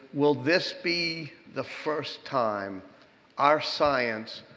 will this be the first time our science